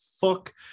fuck